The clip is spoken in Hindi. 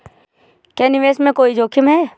क्या निवेश में कोई जोखिम है?